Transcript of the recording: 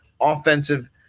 offensive